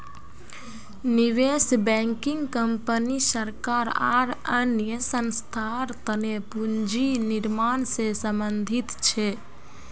निवेश banking company सरकार आर अन्य संस्थार तने पूंजी निर्माण से संबंधित छे